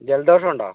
ജലദോഷം ഉണ്ടോ